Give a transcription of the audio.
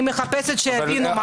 אני מחפשת שיבינו מה קורה פה.